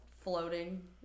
floating